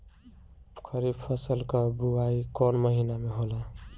खरीफ फसल क बुवाई कौन महीना में होला?